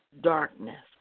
darkness